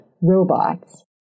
robots